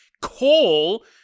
coal